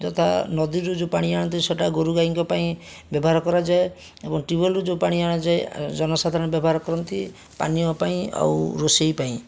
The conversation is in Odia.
ଯଥା ନଦୀରୁ ଯେଉଁ ପାଣି ଆଣନ୍ତି ସେଇଟା ଗୋରୁଗାଈଙ୍କ ପାଇଁ ବ୍ୟବହାର କରାଯାଏ ଏବଂ ଟ୍ୟୁବଲ୍ରୁ ଯେଉଁ ପାଣି ଆଣାଯାଏ ଜନସାଧାରଣ ବ୍ୟବହାର କରନ୍ତି ପାନୀୟ ପାଇଁ ଆଉ ରୋଷେଇ ପାଇଁ